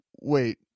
wait